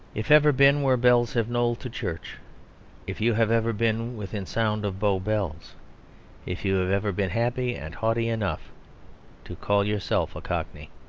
if ever been where bells have knolled to church if you have ever been within sound of bow bells if you have ever been happy and haughty enough to call yourself a cockney.